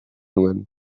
nuen